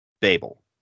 babel